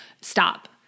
stop